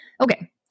okay